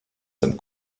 dem